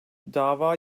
dava